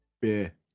Beer